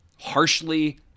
harshly